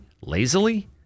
lazily